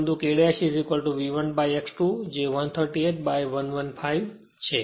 પરંતુ K dash V1 X2 જે 138 by 115 છે